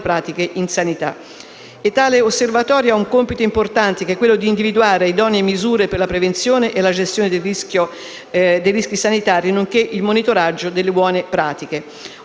nella sanità. Tale osservatorio ha un compito importante, quello di individuare idonee misure per la prevenzione e la gestione dei rischi sanitari, nonché il monitoraggio delle buone pratiche.